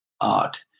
art